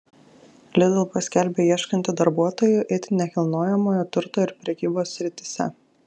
lidl paskelbė ieškanti darbuotojų it nekilnojamojo turto ir prekybos srityse